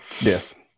yes